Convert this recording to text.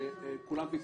שכולם פספסו.